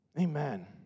Amen